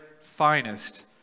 finest